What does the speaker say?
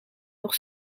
nog